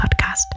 podcast